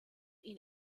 ihn